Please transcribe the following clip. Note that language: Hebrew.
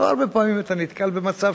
לא הרבה פעמים אתה נתקל במצב